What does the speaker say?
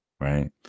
Right